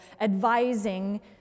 advising